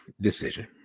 decision